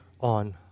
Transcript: on